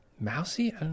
mousy